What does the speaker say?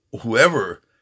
whoever